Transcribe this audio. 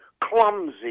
clumsy